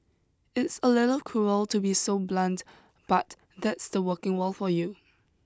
it's a little cruel to be so blunts but that's the working world for you